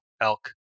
elk